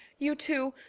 you two,